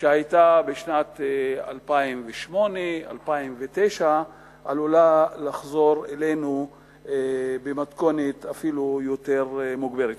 שהיתה בשנים 2008 2009 עלולה לחזור אלינו במתכונת אפילו יותר מוגברת.